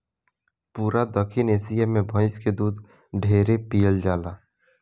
पूरा दखिन एशिया मे भइस के दूध ढेरे पियल जाला